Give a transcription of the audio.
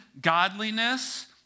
godliness